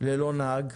ללא נהג.